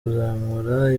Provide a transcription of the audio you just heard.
kuzamura